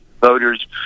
voters